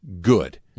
good